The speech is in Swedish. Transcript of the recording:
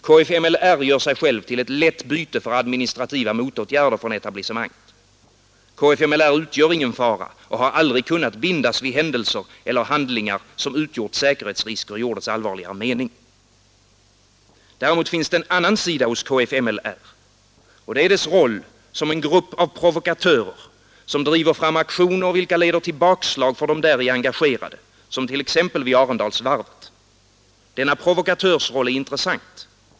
Kfmi gör sig själv till ett lätt byte för administrativa motåtgärder från etablissemanget. Kfml utgör ingen fara och har aldrig kunnat bindas vid händelser eller handlingar som utgjort säkerhetsrisker i ordets allvarligare mening. Däremot finns det en annan sida hos kfmi. Det är dess roll som en grupp av provokatörer, som driver fram aktioner, vilka leder till bakslag för de däri engagerade, som t.ex. vid Arendalsvarvet. Denna provokatörsroll är intressant.